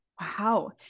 Wow